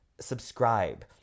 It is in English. Subscribe